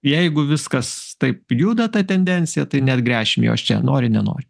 jeigu viskas taip juda ta tendencija tai neatgręšim jos čia nori nenori